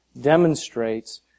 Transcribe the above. demonstrates